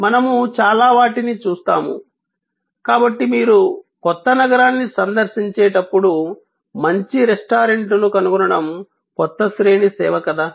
మనము చాలా వాటిని చూస్తాము కాబట్టి మీరు క్రొత్త నగరాన్ని సందర్శించేటప్పుడు మంచి రెస్టారెంట్ను కనుగొనడం కొత్త శ్రేణి సేవ కదా